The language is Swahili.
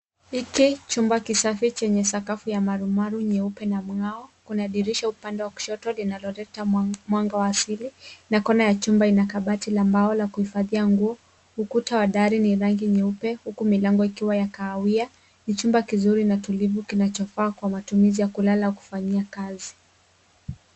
Hiki chumba kisafi chenye sakafu ya marumaru, nyeupe na mng’ao. Kuna dirisha upande wa kushoto linalo leta mwanga wa asili na kona ya chumba, ina kabati la mbao la kuhifadhia nguo. Ukuta wa dari ni rangi nyeupe, huku milango ikiwa ya kahawia. Ni chumba kizuri na tulivu kinachofaa kwa matumizi ya kulala au kufanya kazi.